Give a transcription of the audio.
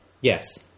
Yes